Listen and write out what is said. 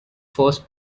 first